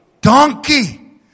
donkey